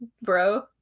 bro